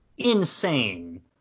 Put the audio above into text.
Insane